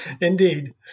indeed